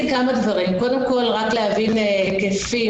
קודם כול, רק לגבי ההיקפים